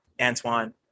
Antoine